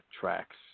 tracks